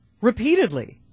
Repeatedly